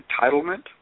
entitlement